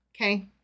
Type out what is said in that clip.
okay